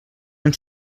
ens